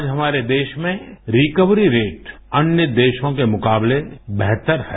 आज हमारे देश में रिकवरी रेट अन्य देशों के मुकाबले बेहतर है